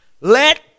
Let